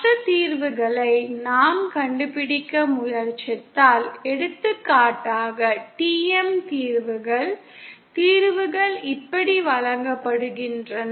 மற்ற தீர்வுகளை நாம் கண்டுபிடிக்க முயற்சித்தால் எடுத்துக்காட்டாக TM தீர்வுகள் தீர்வுகள் இப்படி வழங்கப்படுகின்றன